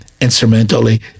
instrumentally